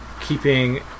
keeping